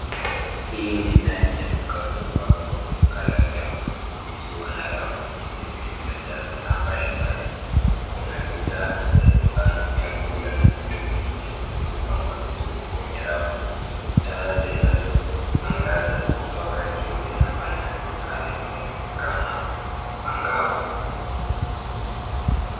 Hii ni ndani ya duka kubwa au duka la vyakula vikiwa na rafu nyingi zilizojaa bidhaa mbalimbali. Kuna bidhaa za nyumbani, vyakula na vitu vingine vilivyopangwa vizuri kwenye rafu. Taa zinazoangaza kutoka juu zinafanya duka linaonekana angavu.